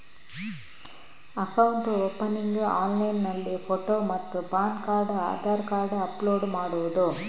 Account opening ಆನ್ಲೈನ್ನಲ್ಲಿ photo ಮತ್ತು PAN card Aadhaar card upload ಮಾಡುವುದು?